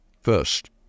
first